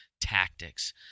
tactics